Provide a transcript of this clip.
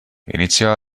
iniziò